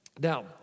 Now